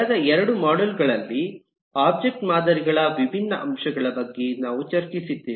ಕಳೆದ ಎರಡು ಮಾಡ್ಯೂಲ್ ಗಳಲ್ಲಿ ಒಬ್ಜೆಕ್ಟ್ ಮಾದರಿಗಳ ವಿಭಿನ್ನ ಅಂಶಗಳ ಬಗ್ಗೆ ನಾವು ಚರ್ಚಿಸಿದ್ದೇವೆ